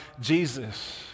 Jesus